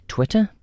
Twitter